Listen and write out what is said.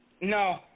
No